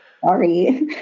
Sorry